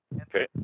Okay